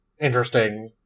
interesting